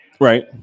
right